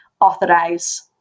authorize